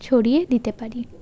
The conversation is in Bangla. ছড়িয়ে দিতে পারি